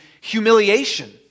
humiliation